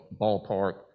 ballpark